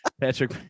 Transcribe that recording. Patrick